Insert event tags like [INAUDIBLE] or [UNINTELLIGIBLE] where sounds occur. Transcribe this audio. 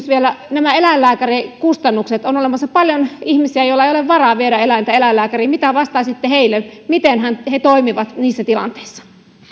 [UNINTELLIGIBLE] vielä nämä eläinlääkärikustannukset on olemassa paljon ihmisiä joilla ei ole varaa viedä eläintä eläinlääkäriin mitä vastaisitte heille miten he he toimivat niissä tilanteissa